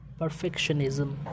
perfectionism